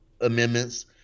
amendments